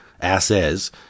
asses